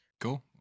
Cool